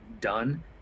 done